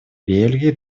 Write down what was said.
бельгии